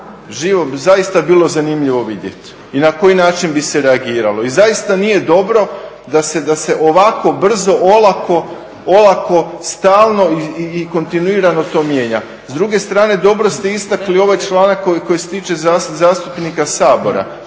Zaista bi bilo zanimljivo vidjeti, i na koji način bi se reagiralo. I zaista nije dobro da se ovako brzo, olako stalno i kontinuirano to mijenja. S druge strane, dobro ste istakli ovaj članak koji se tiče zastupnika Sabora.